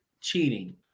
cheating